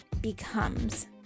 becomes